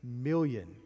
million